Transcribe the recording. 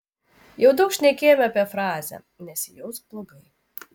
jau daug šnekėjome apie frazę nesijausk blogai